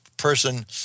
person